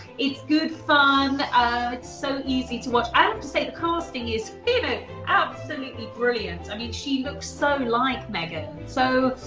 it's good fun. it's so easy to watch. i have to say, the casting is absolutely brilliant. i mean, she looks so like meghan. so,